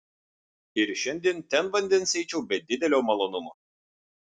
ir šiandien ten vandens eičiau be didelio malonumo